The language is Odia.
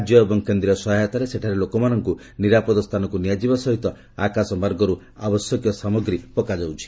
ରାଜ୍ୟ ଏବଂ କେନ୍ଦ୍ରୀୟ ସହାୟତାରେ ସେଠାରେ ଲୋକମାନଙ୍କୁ ନିରାପଦ ସ୍ଥାନକୁ ନିଆଯିବା ସହିତ ଆକାଶମାର୍ଗରୁ ଆବଶ୍ୟକୀୟ ସାମଗ୍ରୀ ପକାଯାଉଛି